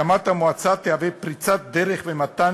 הקמת המועצה תהיה פריצת דרך במתן